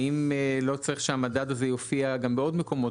האם לא צריך שהמדד הזה יופיע גם בעוד מקומות